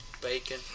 bacon